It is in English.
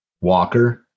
Walker